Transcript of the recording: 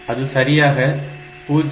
அது சரியாக 0